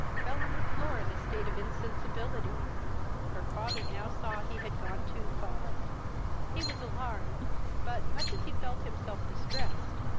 fell on the floor in a state of insensibility her father now saw he had gone too far he was alarmed but, much as he felt himself distressed,